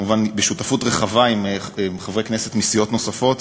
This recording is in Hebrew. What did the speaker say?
כמובן בשותפות רחבה עם חברי כנסת מסיעות נוספות,